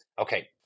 Okay